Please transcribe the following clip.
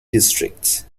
districts